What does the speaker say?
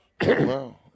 Wow